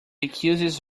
accuses